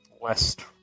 West